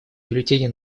бюллетени